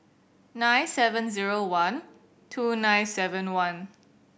nine seven zero one two nine seven one